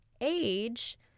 age